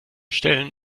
stellen